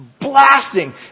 blasting